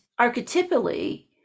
archetypally